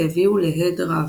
והביאו להד רב.